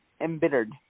embittered